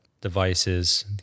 devices